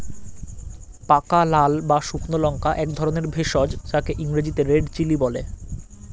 পাকা লাল বা শুকনো লঙ্কা একধরনের ভেষজ যাকে ইংরেজিতে রেড চিলি বলে